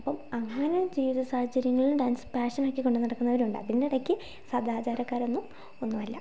അപ്പൊ അങ്ങനെ ജീവിത സാഹചര്യങ്ങളിൽ ഡാൻസ് പാഷൻ ആക്കികൊണ്ട് നടക്കുന്നവരുണ്ട് അതിന്റിടയ്ക്ക് സദാചാരക്കാരൊന്നും ഒന്നുമല്ല